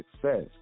success